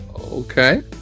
Okay